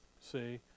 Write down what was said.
See